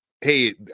Hey